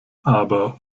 aber